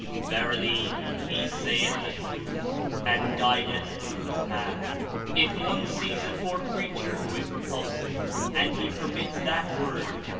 ver ily, he saith the truth and guideth to the path if one sees a poor creature who is repulsive, and he per mits that word,